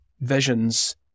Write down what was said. visions